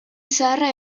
zaharra